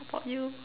how about you